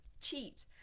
cheat